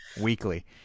weekly